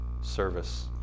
service